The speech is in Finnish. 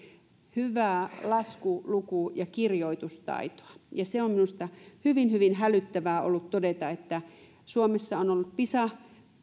hyvää lasku luku ja kirjoitustaitoa ja se on ollut minusta hyvin hyvin hälyttävää todeta kun suomessa ovat olleet pisa